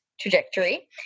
trajectory